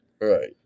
Right